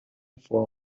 for